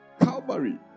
Calvary